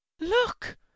Look